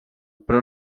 però